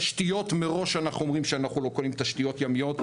תשתיות אנחנו אומרים מראש שאנחנו לא קונים תשתיות ימיות.